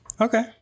Okay